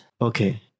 Okay